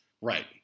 Right